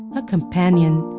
a companion.